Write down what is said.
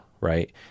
right